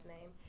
name